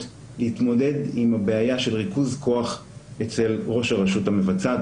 להתמודד עם הבעיה של ריכוז כוח אצל ראש הרשות המבצעת,